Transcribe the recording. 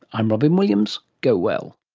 i'm robyn williams. go well